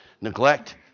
Neglect